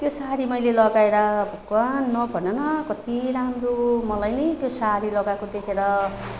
त्यो साडी मैले लगाएर कहाँ नभन न कति राम्रो मलाई नि त्यो साडी लगाएको देखेर